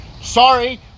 Sorry